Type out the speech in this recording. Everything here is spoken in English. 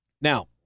Now